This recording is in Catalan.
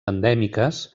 endèmiques